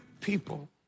people